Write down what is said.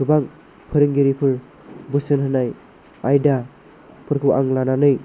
गोबां फोरोंगिरिफोर बोसोन होनाय आयदाफोरखौ आं लानानै